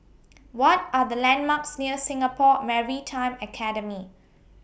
What Are The landmarks near Singapore Maritime Academy